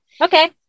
Okay